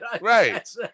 right